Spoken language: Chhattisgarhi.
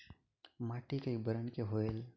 माटी कई बरन के होयल?